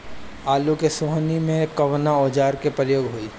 आलू के सोहनी में कवना औजार के प्रयोग होई?